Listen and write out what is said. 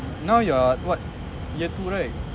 now you're what year two right